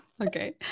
Okay